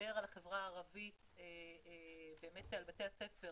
- דיבר על בתי הספר